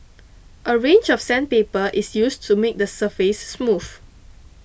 a range of sandpaper is used to make the surface smooth